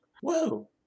Whoa